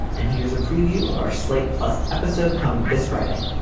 and here's a preview of our slate plus episode coming this friday,